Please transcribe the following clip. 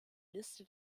liste